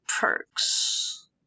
perks